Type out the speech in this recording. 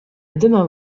demain